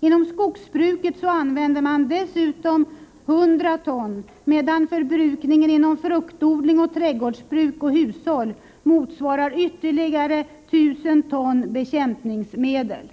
Inom skogsbruket används dessutom ca 100 ton, medan förbrukningen inom fruktodling, trädgårdsbruk och hushåll uppgår till ytterligare ca 1 000 ton bekämpningsmedel.